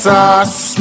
Sauce